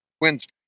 Wednesday